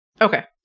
Okay